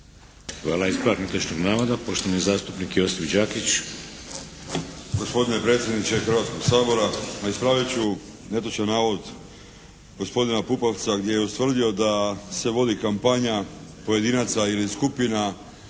Hvala. Ispravak netočnog navoda, poštovani zastupnik Josip Đakić. **Đakić, Josip (HDZ)** Gospodine predsjedniče Hrvatskoga sabora. Ispravit ću netočan navod gospodina Pupovca gdje je ustvrdio da se vodi kampanja pojedinaca ili skupina